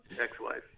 ex-wife